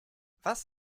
was